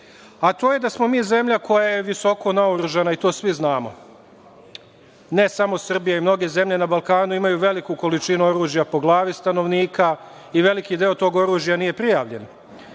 a to je da smo mi zemlja koja je visoko naoružana, i to svi znamo. Ne samo Srbija, mnoge zemlje na Balkanu imaju veliku količinu oružja po glavi stanovnika i veliki deo tog oružja nije prijavljen. Ono